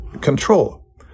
control